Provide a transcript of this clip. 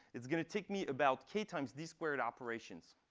it's going to take me about k times d squared operations.